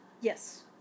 Yes